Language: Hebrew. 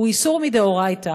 הוא איסור מדאורייתא.